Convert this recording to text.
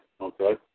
okay